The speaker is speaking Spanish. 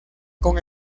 con